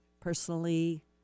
personally